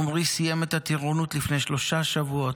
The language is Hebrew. עמרי סיים את הטירונות לפני שלושה שבועות,